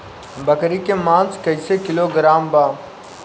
बकरी के मांस कईसे किलोग्राम बा?